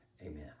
Amen